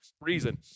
Reason